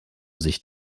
sich